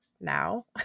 now